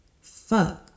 Fuck